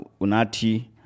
Unati